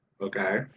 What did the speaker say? okay